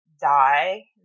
die